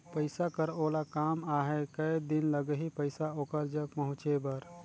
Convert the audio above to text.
पइसा कर ओला काम आहे कये दिन लगही पइसा ओकर जग पहुंचे बर?